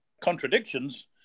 contradictions